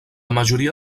majoria